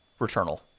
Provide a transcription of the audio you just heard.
Returnal